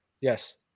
Yes